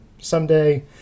someday